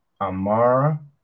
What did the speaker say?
Amara